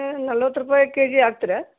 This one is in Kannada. ನಲ್ವತ್ತು ರೂಪಾಯಿ ಕೆ ಜಿ ಹಾಕ್ತೀರಾ